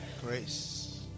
grace